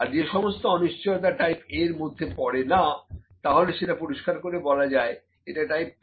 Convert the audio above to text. আর যে সমস্ত অনিশ্চয়তা টাইপ A এর মধ্যে পড়ে না তাহলে সেটা পরিষ্কার করে বলা যায় যে এটা টাইপ B